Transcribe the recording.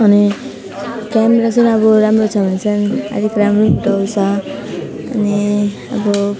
अनि त्यहाँनिर चाहिँ अब राम्रो छ भने चाहिँ अलिक राम्रो गाउँछ अनि अब